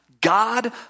God